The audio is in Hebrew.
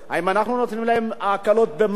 אם אנחנו נותנים להם הקלות במס.